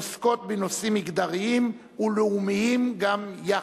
עוסקות בנושאים מגדריים ולאומיים גם יחד.